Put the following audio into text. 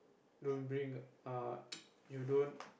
don't bring err you don't